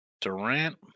Durant